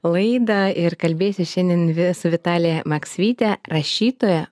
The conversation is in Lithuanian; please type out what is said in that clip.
laidą ir kalbėsiu šiandien vi su vitalija maksvytyte rašytoja